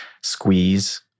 squeeze